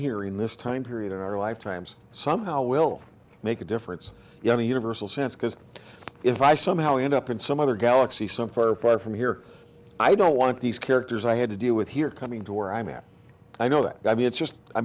here in this time period in our lifetimes somehow will make a difference the only universal sense because if i somehow end up in some other galaxy some far far from here i don't want these characters i had to deal with here coming to where i'm at i know that i mean it's just i